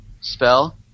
spell